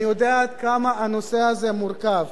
אני יודע עד כמה הנושא הזה מורכב.